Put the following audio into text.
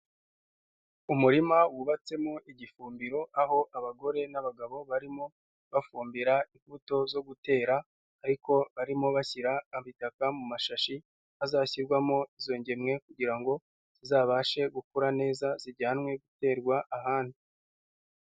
Umurima wubatsemo igifumbiro aho abagore n'abagabo barimo bafumbira imbuto zo gutera, ariko barimo bashyira ibitaka mu mashashi azashyirwamo izo ngemwe kugira ngo zizabashe gukura neza zijyanwe guterwa ahandi.